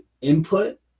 input